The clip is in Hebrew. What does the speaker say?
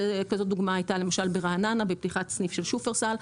כזאת דוגמה הייתה למשל ברעננה בפתיחת סניף של שופרסל,